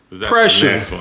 Pressure